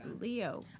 Leo